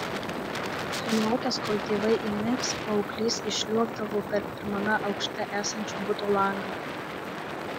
sulaukęs kol tėvai įmigs paauglys išsliuogdavo per pirmame aukšte esančio buto langą